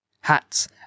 Hats